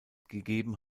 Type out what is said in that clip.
gegeben